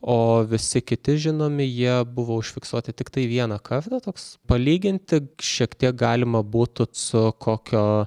o visi kiti žinomi jie buvo užfiksuoti tiktai vieną kartą toks palyginti šiek tiek galima būtų tsu kokio